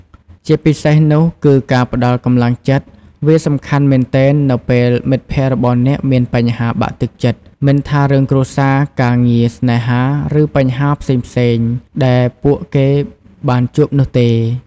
ជាពិសេសនោះគឺ ការផ្ដល់កម្លាំងចិត្ត វាសំខាន់មែនទែននៅពេលមិត្តភក្ដិរបស់អ្នកមានបញ្ហាបាក់ទឹកចិត្ត មិនថារឿងគ្រួសារ ការងារ ស្នេហា ឬបញ្ហាផ្សេងៗដែរពួកគេបានជួបនោះទេ។